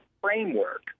framework